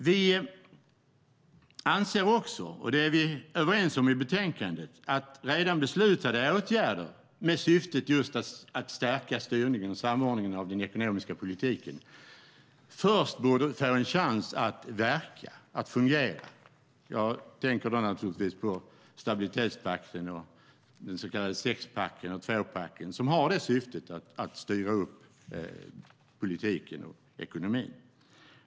Vi anser också, och det är vi överens om i utlåtandet, att redan beslutade åtgärder med syfte att just stärka styrningen och samordningen av den ekonomiska politiken först borde få en chans att verka och fungera. Jag tänker då naturligtvis på stabilitetspakten och de så kallade sexpacken och tvåpacken som har till syfte att styra upp politiken och ekonomin.